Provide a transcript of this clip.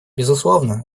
безусловно